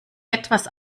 etwas